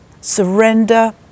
surrender